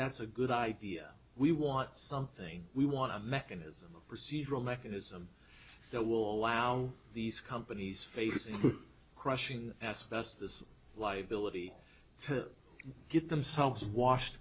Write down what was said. that's a good idea we want something we want to mechanism a procedural mechanism that will allow these companies facing crushing asbestos life billet easy to get themselves washed